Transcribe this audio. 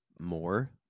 more